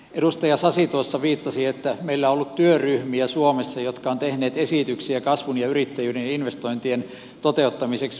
edustaja sasi tuossa viittasi että meillä on ollut suomessa työryhmiä jotka ovat tehneet esityksiä kasvun ja yrittäjyyden ja investointien toteuttamiseksi